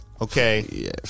Okay